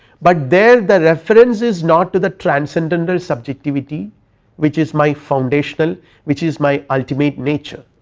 but there the reference is not to the transcendental subjectivity which is my foundational which is my ultimate nature,